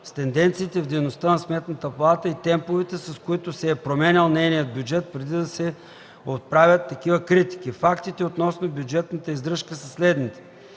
с тенденциите в дейността на Сметната палата и темповете, с които се е променял нейния бюджет, преди да се отправят такива критики. Фактите относно бюджетната издръжка са следните: